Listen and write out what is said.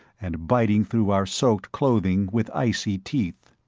and biting through our soaked clothing with icy teeth.